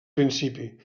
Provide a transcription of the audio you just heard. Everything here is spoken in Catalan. principi